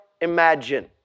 imagine